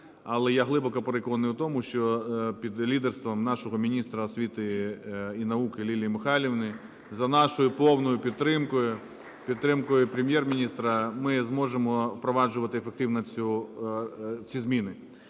але я глибоко переконаний в тому, що під лідерством нашого міністра освіти і науки Лілії Михайлівни, за нашою повною підтримкою, підтримкою Прем'єр-міністра ми зможемо впроваджувати ефективно ці зміни.